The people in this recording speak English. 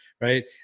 right